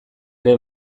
ere